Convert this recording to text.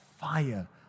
fire